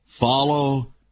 Follow